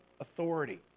authority